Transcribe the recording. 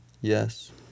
yes